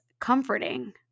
comforting